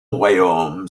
royaume